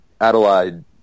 Adelaide